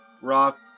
rock